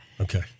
Okay